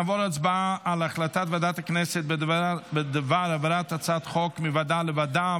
נעבור להצבעה על החלטת ועדת הכנסת בדבר העברת הצעת חוק מוועדה לוועדה,